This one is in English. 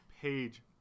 page